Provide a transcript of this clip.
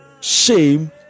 shame